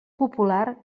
popular